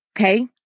Okay